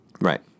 Right